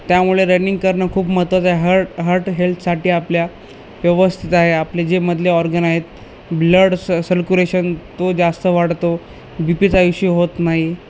त्यामुळे रनिंग करणं खूप महत्वाच आहे हर् हर्ट हेल्थसाठी आपल्या व्यवस्थित आहे आपले जे मधले ऑर्गन आहेत ब्लड स सर्क्युलेशन तो जास्त वाढतो बी पी चा युशी होत नाही